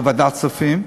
בוועדת כספים,